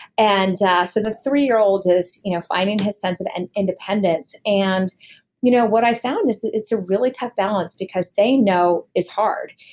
and ah so the three year old is you know finding his sense of and independence and you know what i found is that it's a really tough balance because saying no is hard.